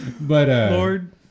Lord